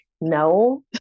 no